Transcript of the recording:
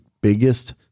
biggest